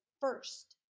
first